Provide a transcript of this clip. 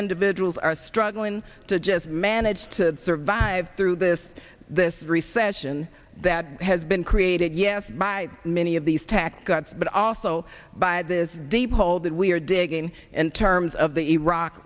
individuals are struggling to just manage to survive through this this recession that has been created yes by many of these tax cuts but also by this deep hole that we're digging in terms of the iraq